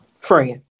friend